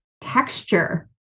texture